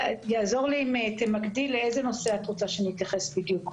יעזור לי אם תמקדי לאיזה נושא את רוצה שאני אתייחס בדיוק.